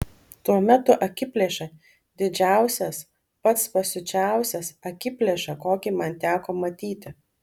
tuomet tu akiplėša didžiausias pats pasiučiausias akiplėša kokį man teko matyti